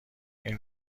این